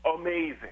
amazing